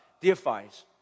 deifies